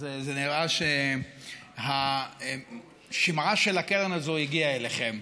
אז נראה ששמעה של הקרן הזאת הגיע אליכם.